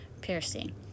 piercing